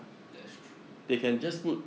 that's true